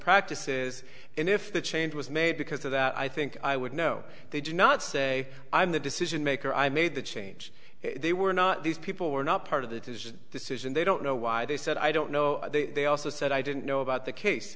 practices and if the change was made because of that i think i would know they did not say i'm the decision maker i made the change they were not these people were not part of that is just a decision they don't know why they said i don't know they also said i didn't know about the case